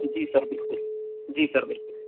जी sir बिल्कुल जी sir बिल्कुल